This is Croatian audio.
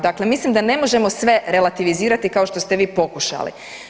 Dakle, mislim da ne možemo sve relativizirati kao što ste vi pokušali.